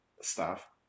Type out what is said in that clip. staff